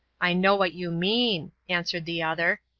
i know what you mean, answered the other.